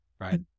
right